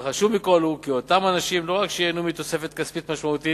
החשוב מכול הוא כי אותם אנשים לא רק ייהנו מתוספת כספית משמעותית